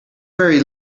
very